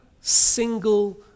single